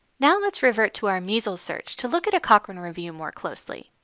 now let's revert to our measles search to look at a cochrane review more closely.